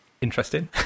interesting